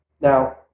Now